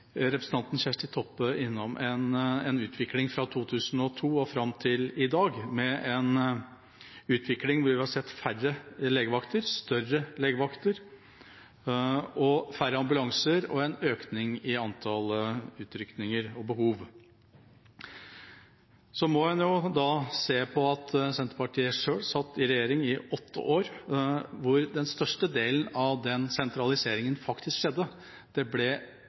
Representanten Kjersti Toppe var innom utviklingen fra 2002 og fram til i dag, en utvikling der vi har sett færre legevakter, større legevakter, færre ambulanser og en økning i antall utrykninger og behov. Da må en se på at Senterpartiet selv satt i regjering i åtte år der den største delen av den sentraliseringen faktisk skjedde, og det ble